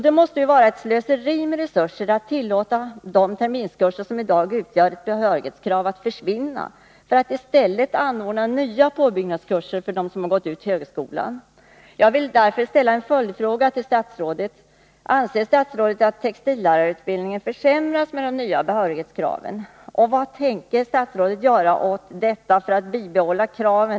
Det måste vara ett slöseri med resurser att tillåta att de terminskurser som i dag utgör ett behörighetskrav försvinner för att i stället anordna nya påbyggnadskurser för dem som gått ut högskolan.